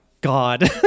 God